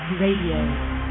Radio